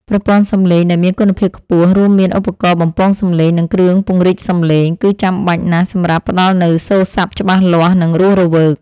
ប្រព័ន្ធសំឡេង ដែលមានគុណភាពខ្ពស់ រួមមានឧបករណ៍បំពងសំឡេង និងគ្រឿងពង្រីកសំឡេង គឺចាំបាច់ណាស់សម្រាប់ផ្ដល់នូវសូរស័ព្ទច្បាស់លាស់ និងរស់រវើក។